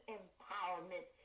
empowerment